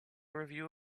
review